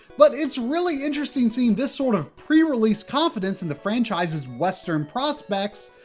but it's really interesting seeing this sort of pre-release confidence in the franchise's western prospects,